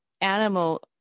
animal